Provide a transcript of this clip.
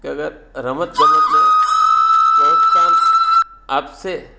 કે હવે રમતગમતને પ્રોત્સાહન આપશે